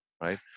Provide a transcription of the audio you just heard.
right